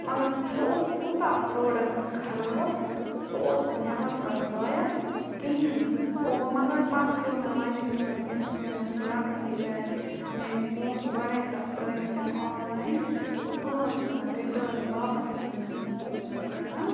مگر سُہ اوس تیٛوتاہ پرٛوڈَکٹہٕ خراب گوٚو سُہ اوس نہٕ نیٚبَر کَڑُن لایق کِہیٖنۍ نہٕ گوٚو وۄنۍ مگر پَتہٕ پیٚو مےٚ مَجبوٗرَن تٔمِس پیٚو مےٚ سُہ رَٹُن تِکیٛازِ مےٚ ٲسۍ پونٛسہٕ گۄڈٔے تَتھ ترٛٲیمِتۍ آنلاین گوٚو تِم ٲسۍ نہٕ پَتہٕ رِٹٲرٕن واپَس ٲسۍ نہٕ مےٚ تِم پونٛسہٕ پَتہٕ کران